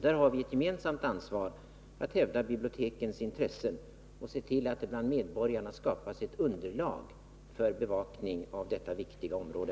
Där har vi ett gemensamt ansvar att hävda bibliotekens intressen och se till att det bland medborgarna skapas ett underlag för bevakning av detta viktiga område.